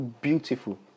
beautiful